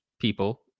people